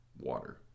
water